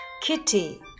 Kitty